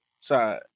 side